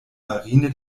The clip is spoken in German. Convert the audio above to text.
marine